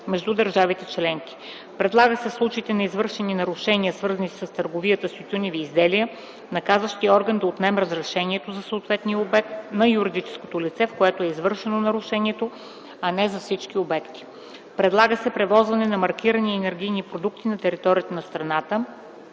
между държавите членки. 7. Предлага се в случаите на извършени нарушения, свързани с търговията с тютюневи изделия, наказващият орган да отнема разрешението за съответния обект на юридическото лице, в който е извършено нарушението, а не за всички обекти. 8. Предлага се при превозване на маркирани енергийни продукти на територията на страната